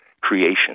creation